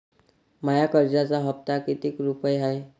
माया कर्जाचा हप्ता कितीक रुपये हाय?